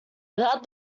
without